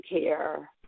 care